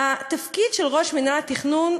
התפקיד של ראש מינהל התכנון,